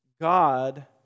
God